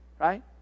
right